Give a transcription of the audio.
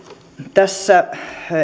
tässä